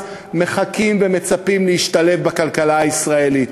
מחכים ומצפים להשתלב בכלכלה הישראלית.